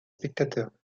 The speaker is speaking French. spectateurs